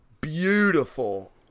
beautiful